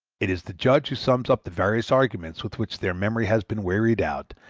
it is the judge who sums up the various arguments with which their memory has been wearied out,